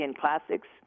Classics